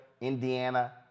indiana